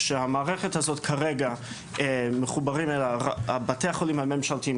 שכרגע מחוברים אל המערכת בתי החולים הממשלתיים,